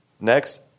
Next